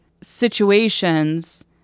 situations